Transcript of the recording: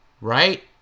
Right